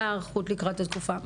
מה ההיערכות לקראת התקופה הזו,